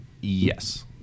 yes